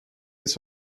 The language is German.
ist